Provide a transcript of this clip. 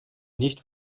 nicht